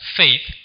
faith